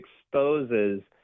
exposes